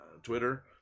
Twitter